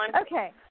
Okay